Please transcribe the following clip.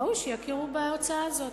ראוי שיכירו בהוצאה הזאת,